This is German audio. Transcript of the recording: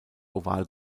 oval